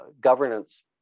governance